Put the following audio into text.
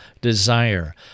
desire